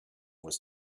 was